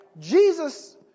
Jesus